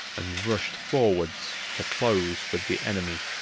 and rushed forwards to close with the enemy.